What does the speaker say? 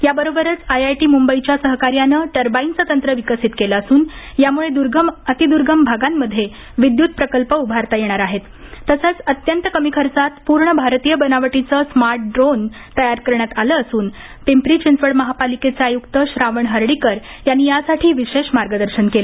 याबरोबरच आयआयटी मुंबईच्या सहकार्याने टरबाइनचे तंत्र विकसित केले असून यामुळे दुर्गम अतिदुर्गम भागांमध्ये विद्युत प्रकल्प उभारता येणार आहेत तसंच अत्यंत कमी खर्चात पूर्ण भारतीय बनावटीचं स्मार्ट ड्रोन तयार करण्यात आलं असून पिंपरी चिंचवड महापालिकेचे आय्क्त श्रावण हर्डीकर यांनी यासाठी विशेष मार्गदर्शन केलं